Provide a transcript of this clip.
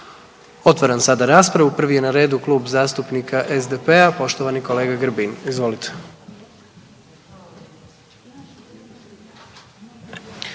Otvaram sada raspravu prvi je na redu Klub zastupnika SDP-a, poštovani kolega Grbin, izvolite.